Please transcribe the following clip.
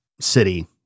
city